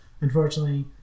unfortunately